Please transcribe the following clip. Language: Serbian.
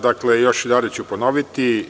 Dakle, još jedanput ću ponoviti.